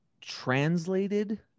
translated